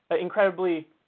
incredibly